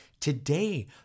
Today